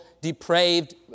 depraved